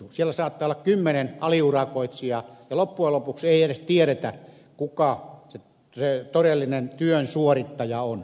siellä saattaa olla kymmenen aliurakoitsijaa ja loppujen lopuksi ei edes tiedetä kuka se todellinen työn suorittaja on